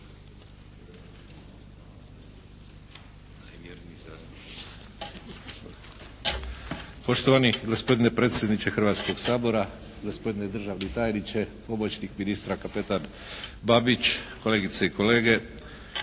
Poštovani gospodine predsjedniče Hrvatskoga sabora, gospodine državni tajniče, pomoćnik ministra kapetan Babić, kolegice i kolege